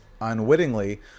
unwittingly